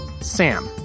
Sam